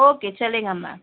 okay چلے گا میم